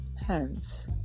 Hence